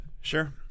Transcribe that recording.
sure